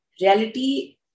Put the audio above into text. reality